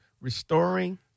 restoring